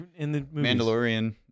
Mandalorian